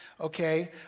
okay